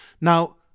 Now